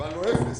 קיבלנו אפס.